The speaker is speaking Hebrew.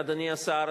אדוני השר,